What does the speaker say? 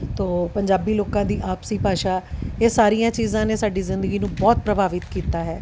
ਤੋ ਪੰਜਾਬੀ ਲੋਕਾਂ ਦੀ ਆਪਸੀ ਭਾਸ਼ਾ ਇਹ ਸਾਰੀਆਂ ਚੀਜ਼ਾਂ ਨੇ ਸਾਡੀ ਜ਼ਿੰਦਗੀ ਨੂੰ ਬਹੁਤ ਪ੍ਰਭਾਵਿਤ ਕੀਤਾ ਹੈ